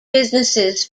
businesses